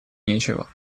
нечего